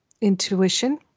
intuition